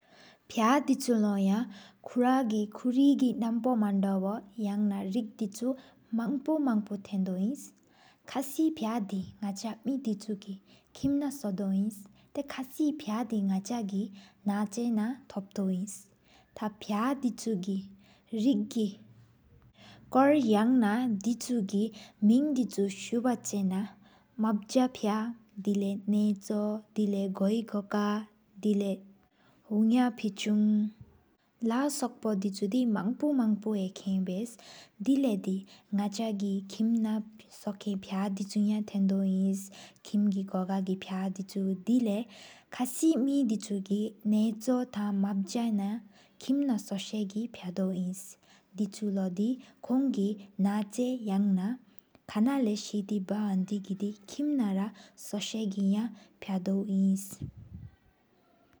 ཕྱ་དི་ཆུ་ལོ་ཡང་ཀུ་ར་གི་ཀུ་རི་གི་ནམ་པོ། མན་དོོ་ཡ་ན་རིག་དི་ཆུ་མང་པོ་པོ། ཐེན་དོ་ཨིན་ཁསི་ཕྱ་དེ་ནག་མེ་དི་ཆུ་གི། ཀིམ་ན་སོ་དོ་ཨིན་ཏ་ཡེ་ཀ་སི་ཕ་ཡ་དི་ནག་ཅ་གི། ན་ཅེན་ན་ཐོད་ཏོ་ཨིན་ཏ་ཕྱ་དི་ཆུ་གི་རིག་གི། ཀོར་ཡ་ན་དི་ཆུ་གི་མིང་སུ་བ་ཆེ་ན། མབ་ཇ་ཕྱ་དེ་ལེ་ན་ཅོ་ལེ་ན་ལེ་གོའི་གོ་ཀ། དེ་ལེ་ཧུ་ནག་ཕེ་ཆུང་ལསོག་པོ་དི་ཆུ་དེ། མང་པོ་མང་པོ་ཡེ་ཀིན་བཡེ་དེ་ལེ་དེ། དི་ནག་ཅ་གི་ཀིམ་ན་སོ་མེན་ཕྱ་དི་ཆུ། ཡ་ཐེན་དོ་ཨིན་ཁིམ་གི་གོ་ག་གི་ཕྱ་དི་ཆུ། དེ་ལེ་ཁསི་མེ་དི་ཆུ་གི་ན་ཅོ་ཐང། མབ་ཇ་ཡ་ཀིམ་ན་སོ་ས་གི་པྱ་དོ་ཨིན། དེ་ཆུ་ལོ་དི་ཀོང་གི་ན་ཅ་ཡ་ན་ཁ་ན་ལ། སེ་དི་གི་བག་ཧོན་དེ་གི་ཀིམ་ན་སོ་ས་པྱ་དོ་ཨིན།